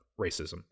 racism